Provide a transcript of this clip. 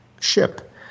ship